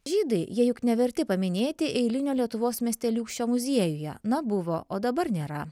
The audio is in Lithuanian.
žydai jie juk neverti paminėti eilinio lietuvos miesteliūkščio muziejuje na buvo o dabar nėra